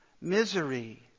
misery